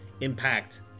impact